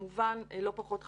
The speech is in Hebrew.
ולא פחות חשוב,